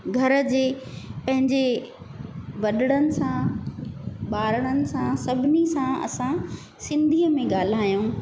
घर जे पंहिंजे वॾणनि सां ॿारणनि सां सभिनी सां असां सिंधीअ में ॻाल्हायूं